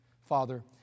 Father